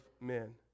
men